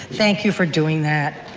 thank you for doing that.